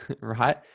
right